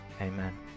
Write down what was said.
amen